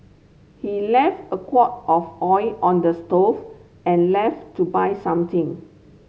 he left a of oil on the stove and left to buy something